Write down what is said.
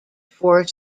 four